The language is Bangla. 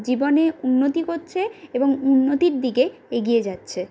জীবনে উন্নতি করছে এবং উন্নতির দিকে এগিয়ে যাচ্ছে